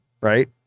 right